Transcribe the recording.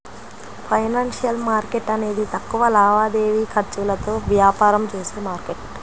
financial market అనేది తక్కువ లావాదేవీ ఖర్చులతో వ్యాపారం చేసే మార్కెట్